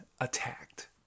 attacked